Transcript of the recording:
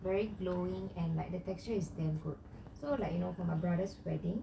worry glowing and like the texture is damn float so like for my brother's wedding